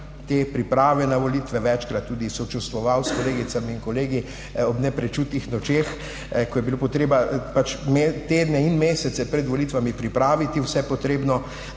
sem priprave na volitve, večkrat tudi sočustvoval s kolegicami in kolegi ob neprespanih nočeh, ko je bilo treba tedne in mesece pred volitvami pripraviti vse potrebno.